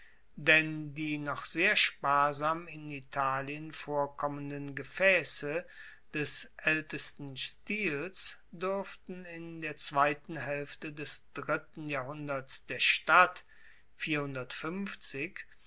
denn die noch sehr sparsam in italien vorkommenden gefaesse des aeltesten stils duerften in der zweiten haelfte des dritten jahrhunderts der stadt